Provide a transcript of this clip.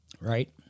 Right